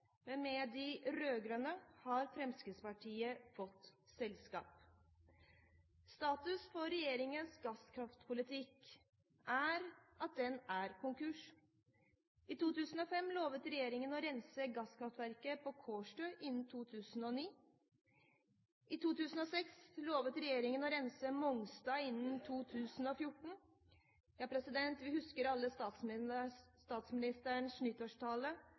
men med de rød-grønne har Fremskrittspartiet fått selskap. Status for regjeringens gasskraftpolitikk er at den er konkurs. I 2005 lovet regjeringen å rense gasskraftverket på Kårstø innen 2009. I 2006 lovet regjeringen å rense Mongstad innen 2014. Vi husker alle